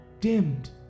dimmed